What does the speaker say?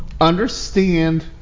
Understand